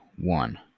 one